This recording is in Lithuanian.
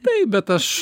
taip bet aš